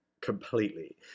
completely